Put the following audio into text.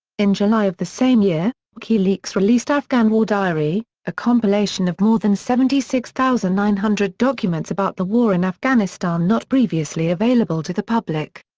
in july of the same year, wikileaks released afghan war diary, a compilation of more than seventy six thousand nine hundred documents about the war in afghanistan not previously available to the public.